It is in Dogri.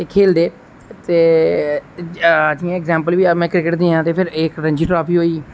खेलदे ते जियां इंगजेम्पल बी में क्रिकेट दी देआं ते फ्ही एह् इक रंजी ट्राफी होई गेई